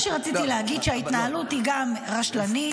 מה שרציתי להגיד הוא שההתנהלות היא גם רשלנית,